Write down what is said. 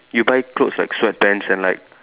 you buy clothes like sweatpants and like